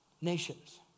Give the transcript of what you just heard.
nations